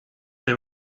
they